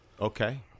Okay